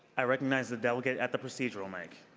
i recognize the delegate at the procedural mic.